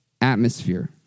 atmosphere